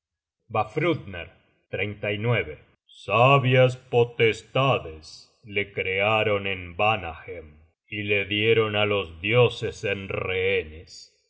generated at vafthrudner sabias potestades le crearon en vanahem y le dieron á los dioses en rehenes